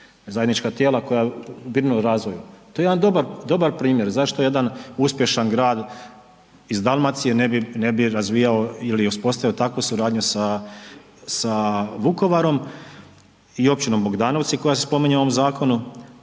zajednička tijela koja …/Govornik se ne razumije/…u razvoju. To je jedan dobar, dobar primjer zašto jedan uspješan grad iz Dalmacije ne bi, ne bi razvijao ili uspostavio takvu suradnju sa, sa Vukovarom i općinom Bogdanovci koja se spominje u ovom zakonu